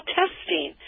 testing